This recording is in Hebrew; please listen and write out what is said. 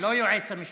לא יועץ משפטי,